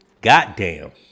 Goddamn